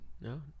no